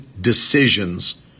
decisions